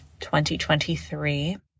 2023